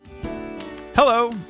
Hello